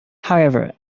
however